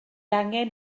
angen